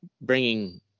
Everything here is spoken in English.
bringing